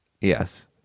yes